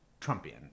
Trumpian